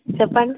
చెప్పండి